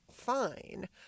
fine